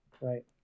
Right